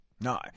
No